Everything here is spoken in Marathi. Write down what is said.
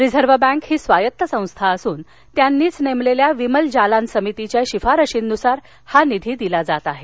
रिझर्व्ह बँक ही स्वायत्त संस्था असून त्यांनीच नेमलेल्या विमल जालान समितीच्या शिफारशीनुसार हा निधी दिला जात आहे